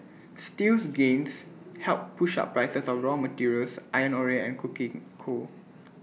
steel's gains helped push up prices of raw materials iron ore and coking coal